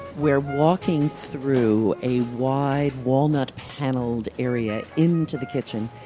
we're walking through a wide, walnut-paneled area into the kitchen,